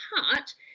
heart